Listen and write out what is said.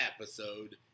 episode